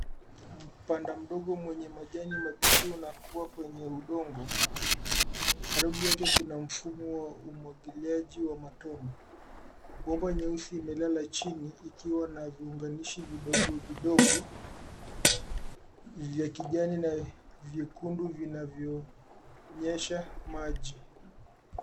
Panda mdogo mwenye majani mabichi unakua kwenye udongo. Karibu yake kuna mfumo wa umwangiliaji wa matone. Bomba nyeusi imelala chini ikiwa na viunganishi vidogo vidogo vya kijani na vyekundu vinavyonyesha maji.